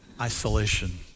isolation